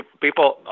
people